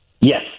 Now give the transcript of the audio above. Yes